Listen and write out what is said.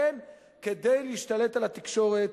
כדי להשתלט על התקשורת.